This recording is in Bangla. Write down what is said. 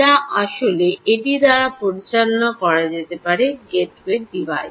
যা আসলে এটি দ্বারা পরিচালনা করা যেতে পারে গেটওয়ে ডিভাইস